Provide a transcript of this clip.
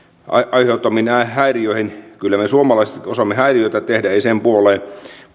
aiheuttamiin häiriöihin kyllä me suomalaisetkin osaamme häiriöitä tehdä ei sen puoleen